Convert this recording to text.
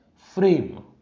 Frame